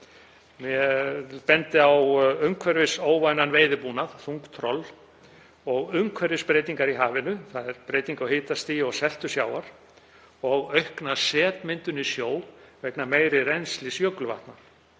Ég bendi á umhverfisóvænan veiðibúnað, þung troll og umhverfisbreytingar í hafinu, breytingu á hitastigi og seltu sjávar, og aukna setmyndun í sjó vegna meira rennslis jökulvatna.